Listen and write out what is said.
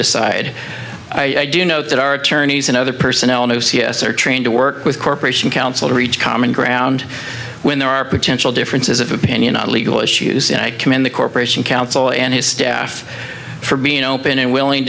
decide i do know that our attorneys and other personnel in o c s are trained to work with corporation counsel to reach common ground when there are potential differences of opinion on legal issues and i commend the corporation counsel and his staff for being open and willing